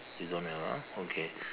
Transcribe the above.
you don't have ah okay